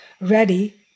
ready